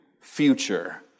Future